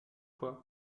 fois